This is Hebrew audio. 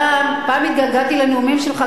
פעם התגעגעתי לנאומים שלך,